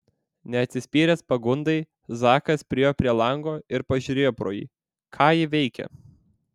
neatsispyręs pagundai zakas priėjo prie lango ir pažiūrėjo pro jį ką ji veikia